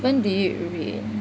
when did it rain